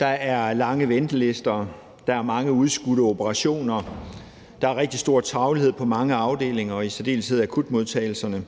Der er lange ventelister; der er mange udskudte operationer; der er rigtig stor travlhed på mange afdelinger og i særdeleshed på akutmodtagelserne;